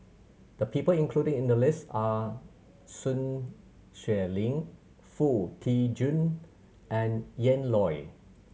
the people included in the list are Sun Xueling Foo Tee Jun and Ian Loy